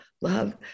love